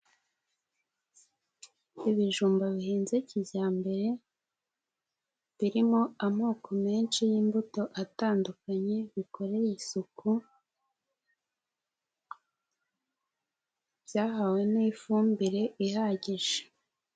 Ibijumba bihinze kijyambere birimo amoko menshi y'imbuto atandukanye bikoreye isuku byahawe n'ifumbire ihagije.